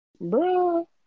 Bro